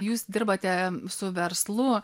jūs dirbate su verslu